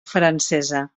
francesa